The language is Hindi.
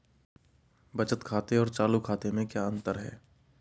बचत खाते और चालू खाते में क्या अंतर है?